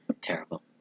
Terrible